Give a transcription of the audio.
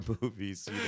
movies